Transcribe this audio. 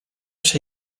się